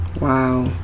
Wow